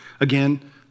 Again